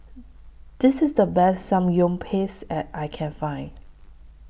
This IS The Best Samgyeopsal that I Can Find